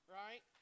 right